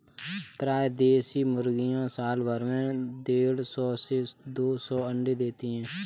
प्रायः देशी मुर्गियाँ साल भर में देढ़ सौ से दो सौ अण्डे देती है